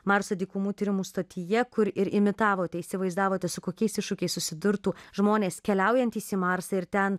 marso dykumų tyrimų stotyje kur ir imitavote įsivaizdavote su kokiais iššūkiais susidurtų žmonės keliaujantys į marsą ir ten